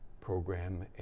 program